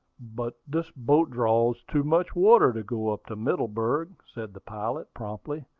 but this boat draws too much water to go up to middleburg, said the pilot, promptly.